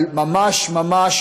אבל ממש ממש